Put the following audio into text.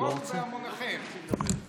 בואו בהמוניכם.